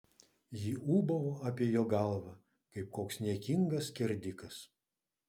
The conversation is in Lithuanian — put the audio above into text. ji ūbavo apie jo galvą kaip koks niekingas skerdikas